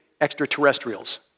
extraterrestrials